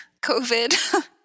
COVID